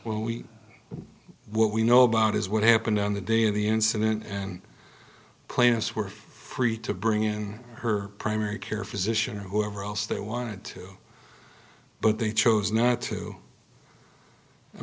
when we what we know about is what happened on the day of the incident and plaintiffs were free to bring in her primary care physician or whoever else they wanted to but they chose not to i